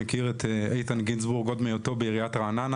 אני מכיר את איתן גינזבורג עוד מהיותו בעיריית רעננה,